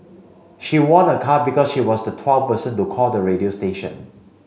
she won a car because she was the twelfth person to call the radio station